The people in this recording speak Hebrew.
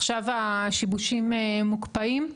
עכשיו השיבושים מוקפאים,